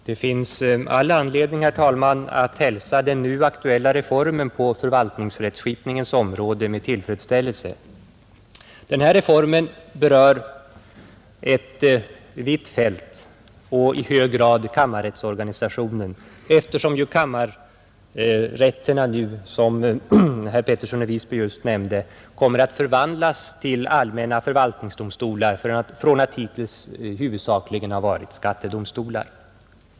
Herr talman! Det finns all anledning att hälsa den nu aktuella reformen på förvaltningsrättskipningens område med tillfredsställelse. Den här reformen berör ett vitt fält och i hög grad kammarrättsorganisationen, eftersom kammarrätterna nu, som herr Pettersson i Visby nyss sade, kommer att förvandlas till allmänna förvaltningsdomstolar från att hittills huvudsakligen ha varit skattedomstolar.